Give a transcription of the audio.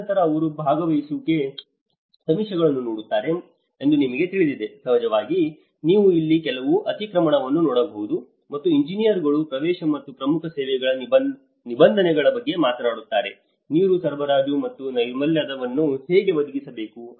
ತದನಂತರ ಅವರು ಭಾಗವಹಿಸುವ ಸಮೀಕ್ಷೆಗಳನ್ನು ನೋಡುತ್ತಾರೆ ಎಂದು ನಿಮಗೆ ತಿಳಿದಿದೆ ಸಹಜವಾಗಿ ನೀವು ಇಲ್ಲಿ ಕೆಲವು ಅತಿಕ್ರಮಣವನ್ನು ನೋಡಬಹುದು ಮತ್ತು ಇಂಜಿನಿಯರ್ಗಳು ಪ್ರವೇಶ ಮತ್ತು ಪ್ರಮುಖ ಸೇವೆಗಳ ನಿಬಂಧನೆಗಳ ಬಗ್ಗೆ ಮಾತನಾಡುತ್ತಾರೆ ನೀರು ಸರಬರಾಜು ಅಥವಾ ನೈರ್ಮಲ್ಯವನ್ನು ಹೇಗೆ ಒದಗಿಸಬೇಕು